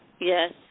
Yes